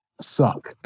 suck